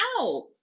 out